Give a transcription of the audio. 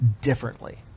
differently